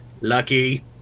lucky